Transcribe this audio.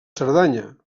cerdanya